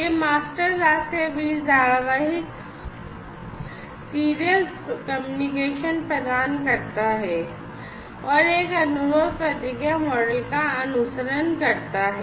यह मास्टर दास के बीच धारावाहिक संचार प्रदान करता है और एक अनुरोध प्रतिक्रिया मॉडल का अनुसरण करता है